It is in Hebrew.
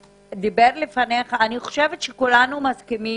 אני חושבת שכולנו מסכימים,